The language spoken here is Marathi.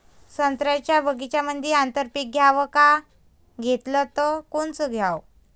संत्र्याच्या बगीच्यामंदी आंतर पीक घ्याव का घेतलं च कोनचं घ्याव?